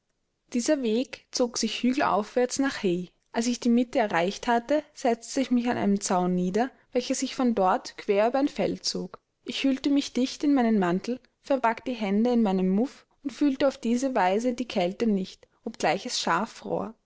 dieser weg zog sich hügelaufwärts nach hay als ich die mitte erreicht hatte setzte ich mich an einem zaun nieder welcher sich von dort quer über ein feld zog ich hüllte mich dicht in meinen mantel verbarg die hände in meinem muff und fühlte auf diese weise die kälte nicht obgleich es scharf fror